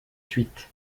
suite